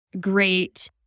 great